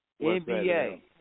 NBA